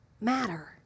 matter